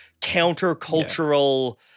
countercultural